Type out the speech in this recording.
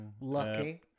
lucky